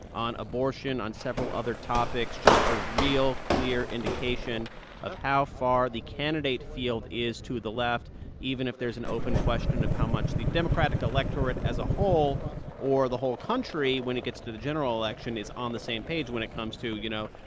on abortion, on several other topics just a real clear indication of how far the candidate field is to the left even if there is an open question of how much the democratic electorate as a whole or the whole country when it gets to the general election is on the same page when it comes to, you know,